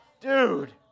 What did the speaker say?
Dude